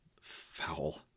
Foul